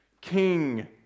King